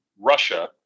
Russia